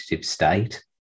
state